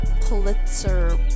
Pulitzer